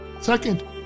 Second